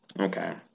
okay